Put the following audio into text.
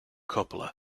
coppola